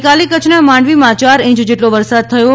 ગઇકાલે કચ્છના માંડવીમાં યાર ઇંચ જેટલો વરસાદ થયો છે